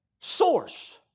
source